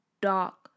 dark